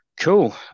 Cool